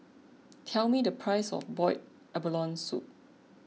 tell me the price of Boiled Abalone Soup